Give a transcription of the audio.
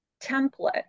template